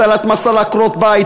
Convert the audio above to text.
הטלת מס על עקרות בית,